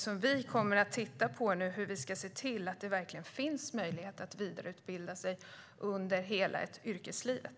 Vi kommer att titta på hur vi kan se till att det verkligen finns möjlighet att vidareutbilda sig under hela yrkeslivet.